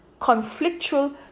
conflictual